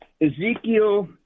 Ezekiel